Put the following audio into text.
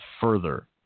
further